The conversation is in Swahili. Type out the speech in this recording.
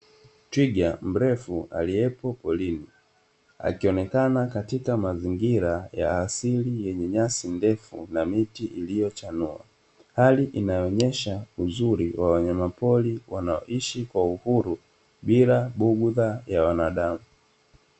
Twiga mrefu aliyepo polini akionekana katika mazingira ya asili yenye nyasi ndefu na miti iliyochanua. Hali inayoonyesha uzuri wa wanyama poli wanaoishi kwa uhuru bila bugudha ya wanadamu.